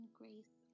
grace